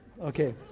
Okay